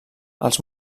els